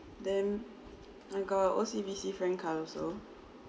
then I got O_C_B_C frank card also